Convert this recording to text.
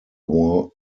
war